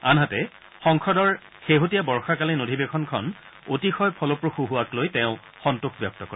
আনহাতে সংসদৰ শেহতীয়া বৰ্যাকালীন অধিবেশনখন অতিশয় ফলপ্ৰসূ হোৱাক লৈ তেওঁ সন্তোষ ব্যক্ত কৰে